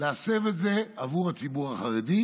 להסב את זה עבור הציבור החרדי,